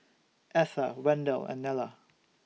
Etha Wendell and Nella